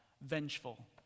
vengeful